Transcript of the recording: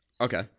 Okay